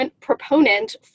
proponent